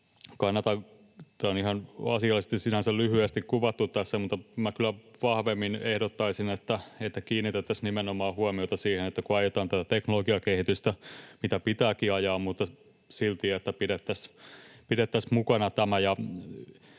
Tämä on ihan asiallisesti, sinänsä lyhyesti, kuvattu tässä, mutta minä kyllä vahvemmin ehdottaisin, että kiinnitettäisiin nimenomaan huomiota siihen, että kun ajetaan tätä teknologiakehitystä, mitä pitääkin ajaa, silti pidettäisiin mukana tämä